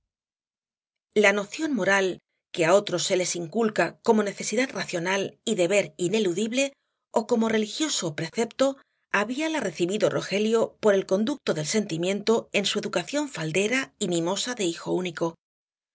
la noción moral que á otros se les inculca como necesidad racional y deber ineludible ó como religioso precepto habíala recibido rogelio por el conducto del sentimiento en su educación faldera y mimosa de hijo único